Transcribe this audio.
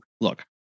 look